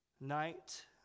night